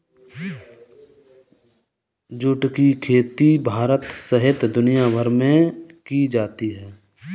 जुट की खेती भारत सहित दुनियाभर में की जाती है